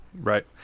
Right